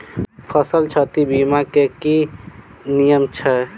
फसल क्षति बीमा केँ की नियम छै?